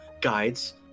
guides